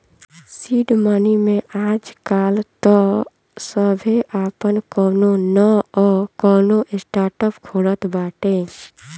seed money में आजकाल तअ सभे आपन कवनो नअ कवनो स्टार्टअप खोलत बाटे